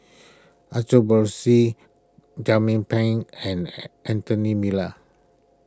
Pang and Anthony Miller